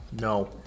No